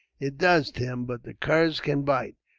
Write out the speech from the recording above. it does, tim but the curs can bite.